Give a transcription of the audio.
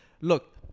Look